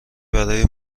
برای